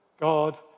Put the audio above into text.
God